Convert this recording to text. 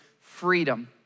freedom